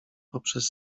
poprzez